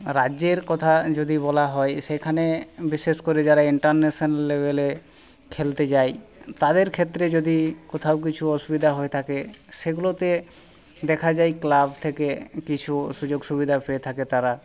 রাজ্যের কথা যদি বলা হয় সেখানে বিশেষ করে যারা ইন্টারন্যাশেনাল লেবেলে খেলতে যায় তাদের ক্ষেত্রে যদি কোথাও কিছু অসুবিধা হয়ে থাকে সেগুলোতে দেখা যায় ক্লাব থেকে কিছু সুযোগ সুবিধা পেয়ে থাকে তারা